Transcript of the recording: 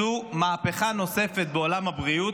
זאת מהפכה נוספת בעולם הבריאות.